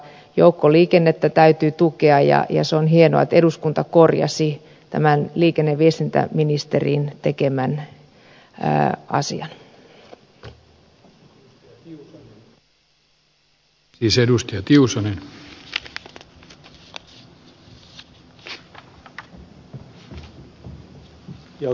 joukkoliikennettä täytyy tukea ja se on hienoa että eduskunta korjasi tämän liikenne ja viestintäministerin tekemän asian